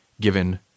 given